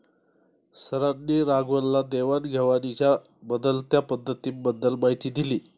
सरांनी राघवनला देवाण घेवाणीच्या बदलत्या पद्धतींबद्दल माहिती दिली